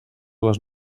les